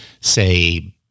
say